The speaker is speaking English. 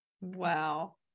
Wow